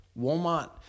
Walmart